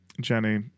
Jenny